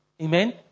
Amen